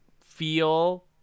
feel